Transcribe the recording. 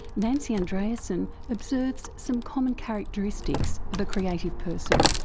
nancy andreasen observes some common characteristics of a creative person.